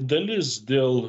dalis dėl